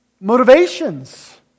motivations